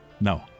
No